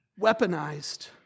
weaponized